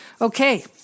Okay